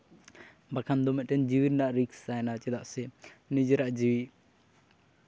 ᱵᱟᱠᱷᱟᱱ ᱫᱚ ᱢᱤᱫᱴᱮᱱ ᱡᱤᱣᱤ ᱨᱮᱱᱟᱜ ᱨᱤᱠᱥ ᱛᱟᱦᱮᱸᱱᱟ ᱪᱮᱫᱟᱜ ᱥᱮ ᱱᱤᱡᱮᱨᱟᱜ ᱡᱤᱣᱤ